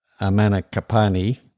Amanakapani